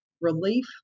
relief